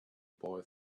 boy